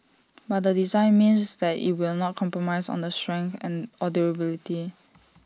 but the design means that IT will not compromise on the strength and or durability